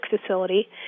facility